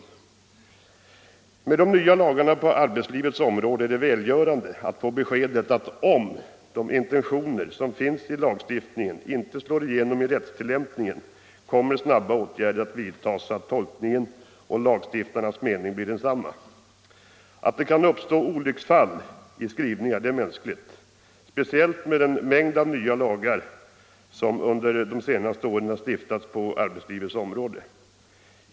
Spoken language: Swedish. Med anledning av de nya lagarna på arbetslivets område är det välgörande att få beskedet att om de intentioner som finns i lagstiftningen inte slår igenom i rättstillämpningen kommer snabba åtgärder att vidtas så att tolkningen och lagstiftarnas mening blir densamma. Att det kan uppstå olycksfall i skrivningar är mänskligt, speciellt med den mängd av nya lagar som under de senaste åren har stiftats på arbetslivets område.